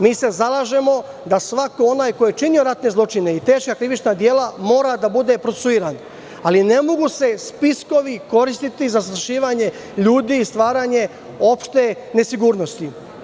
Mi se zalažemo da svako onaj ko je činio ratne zločine i teška krivična dela mora da bude procesuiran, ali ne mogu se spiskovi koristiti i zastrašivanje ljudi i stvaranje opšte nesigurnosti.